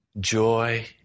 joy